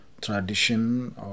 tradition